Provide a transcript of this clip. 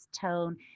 tone